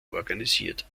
organisiert